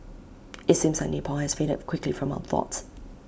IT seems like Nepal has faded quickly from our thoughts